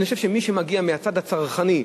אני חושב שמי שמגיע מהצד הצרכני,